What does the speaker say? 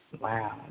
Wow